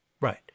Right